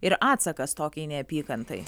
ir atsakas tokiai neapykantai